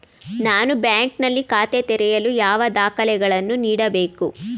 ನಾನು ಬ್ಯಾಂಕ್ ನಲ್ಲಿ ಖಾತೆ ತೆರೆಯಲು ಯಾವ ದಾಖಲೆಗಳನ್ನು ನೀಡಬೇಕು?